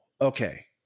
okay